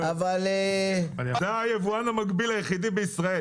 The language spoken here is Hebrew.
אתה היבואן המקביל היחידי בישראל.